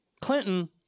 Clinton